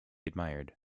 admired